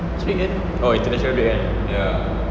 this weekend oh international day kan